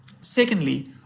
Secondly